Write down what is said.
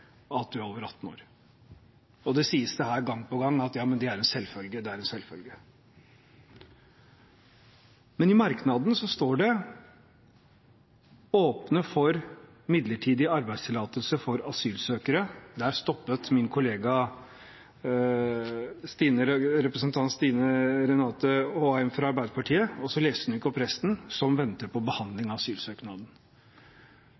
at man er over 18 år. Det sies her gang på gang at det er en selvfølge, men i merknaden står det: «åpne for midlertidig arbeidstillatelse for asylsøkere». Der stoppet min kollega, representanten Stine Renate Håheim fra Arbeiderpartiet, og leste ikke opp resten, som lyder: «som venter på behandling av asylsøknaden.»